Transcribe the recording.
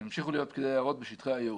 הם ימשיכו להיות פקידי יערות בשטחי הייעור.